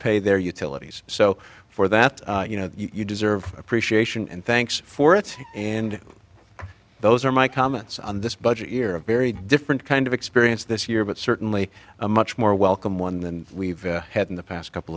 pay their utilities so for that you know you deserve appreciation and thanks for it and those are my comments on this budget year a very different kind of experience this year but certainly a much more welcome one than we've had in the past couple